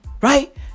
Right